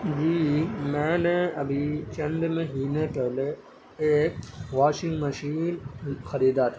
جی میں نے ابھی چند مہینے پہلے ایک واشنگ مشین خریدا تھا